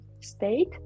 state